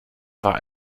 war